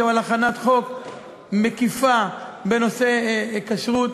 על הכנת הצעת חוק מקיפה בנושא כשרות,